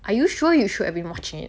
are you sure you should have been watching it